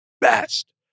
best